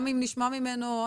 גם אם נשמע ממנו.